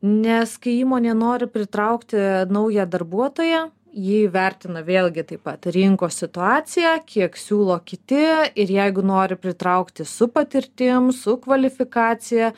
nes kai įmonė nori pritraukti naują darbuotoją jie įvertina vėlgi taip pat rinkos situaciją kiek siūlo kiti ir jeigu nori pritraukti su patirtim su kvalifikacija